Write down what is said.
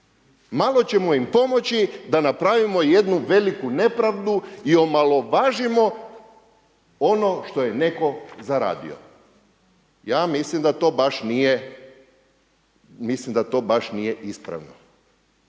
malo ćemo im pomoći da napravimo jednu veliku nepravdu i omalovažimo ono što je netko zaradio. Ja mislim da to baš nije ispravno.